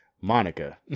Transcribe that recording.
monica